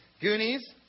Goonies